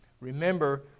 Remember